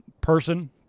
person